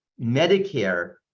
Medicare